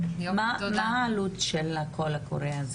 מה העלות של הקול הקורא הזה?